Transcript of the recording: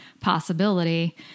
possibility